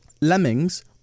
Lemmings